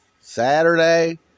Saturday